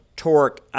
torque